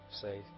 say